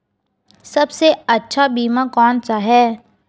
सबसे अच्छा बीमा कौन सा है?